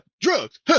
drugs